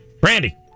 Brandy